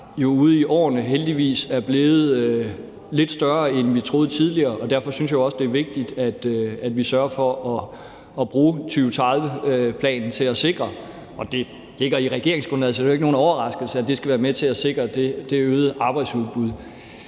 der ude i årene heldigvis er blevet lidt større, end vi troede tidligere. Derfor synes jeg også, det er vigtigt, at vi sørger for at bruge 2030-planen til at være med til at sikre – og det ligger i regeringsgrundlaget, så det er ikke nogen overraskelse – det øgede arbejdsudbud.